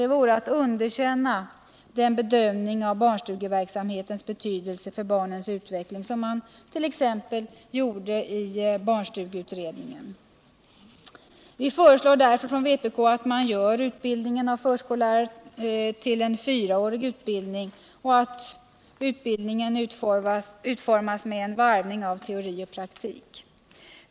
Det vore att underkänna den bedömning av barnstugeverksamhetens betydelse för barnens utveckling som t.ex. barnstugeutredningen gjorde. Vpk föreslår därför att utbildningen görs fyraårig och utformas med varvning av teori och praktik.